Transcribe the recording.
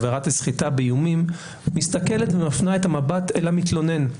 עבירת הסחיטה באיומים מסתכלת ומפנה את המבט אל המתלונן.